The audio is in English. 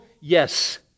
Yes